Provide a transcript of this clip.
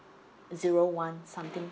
zero one something